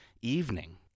evening